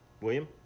William